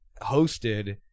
hosted